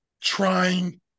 trying